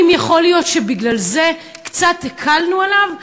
האם יכול להיות שבגלל זה קצת הקלנו עליו?